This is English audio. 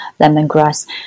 lemongrass